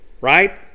Right